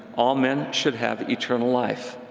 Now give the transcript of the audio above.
all men should have eternal life.